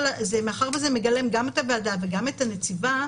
מאחר וזה מגלם גם את הוועדה וגם את הנציבה,